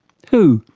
who?